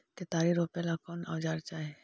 केतारी रोपेला कौन औजर चाही?